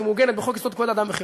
שמעוגנת בחוק-יסוד: כבוד אדם וחירותו,